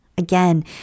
Again